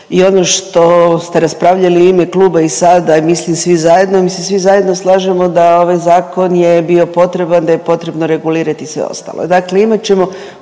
i ono što ste raspravljali u ime kluba i sada i mislim svi zajedno, mi se svi zajedno slažemo da ovaj zakon je bio potreban, da je potrebno regulirati i sve ostalo.